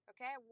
Okay